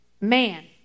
Man